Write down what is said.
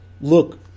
look